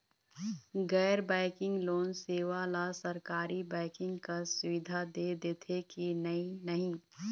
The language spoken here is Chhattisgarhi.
गैर बैंकिंग लोन सेवा हा सरकारी बैंकिंग कस सुविधा दे देथे कि नई नहीं?